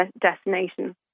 destination